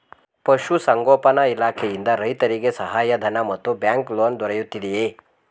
ಪಶು ಸಂಗೋಪನಾ ಇಲಾಖೆಯಿಂದ ರೈತರಿಗೆ ಸಹಾಯ ಧನ ಮತ್ತು ಬ್ಯಾಂಕ್ ಲೋನ್ ದೊರೆಯುತ್ತಿದೆಯೇ?